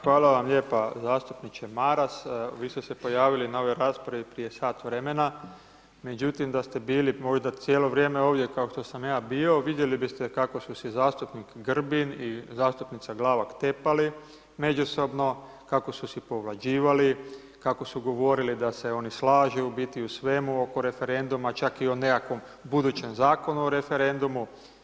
Hvala vam lijepa zastupniče Maras, vi ste se pojavili na ovoj raspravi prije sat vremena, međutim da ste bili možda cijelo vrijeme ovdje, kao što sam ja bio vidjeli biste kako su se zastupnik Grbin i zastupnica Glavak tepali međusobno, kako su si povlađivali, kako su govorili da se oni slažu u biti u svemu oko referenduma, čak i u o nekakvom budućem zakonu o referendumu.